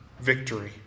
Victory